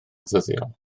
ddyddiol